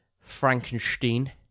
Frankenstein